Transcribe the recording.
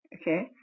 Okay